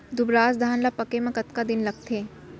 दुबराज धान ला पके मा कतका दिन लगथे?